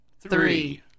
three